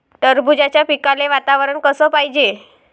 टरबूजाच्या पिकाले वातावरन कस पायजे?